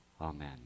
Amen